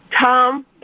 Tom